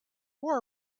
wore